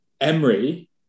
Emery